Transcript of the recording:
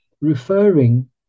referring